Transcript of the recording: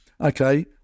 Okay